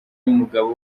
y’umugabo